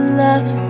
love